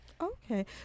Okay